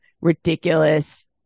ridiculous